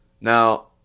Now